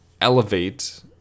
elevate